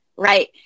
right